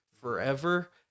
forever